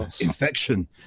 infection